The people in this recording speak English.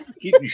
Keep